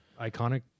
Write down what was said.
iconic